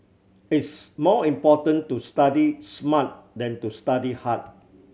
it's more important to study smart than to study hard